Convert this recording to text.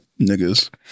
niggas